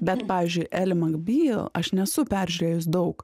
bet pavyzdžiui eli makbyl aš nesu peržiūrėjus daug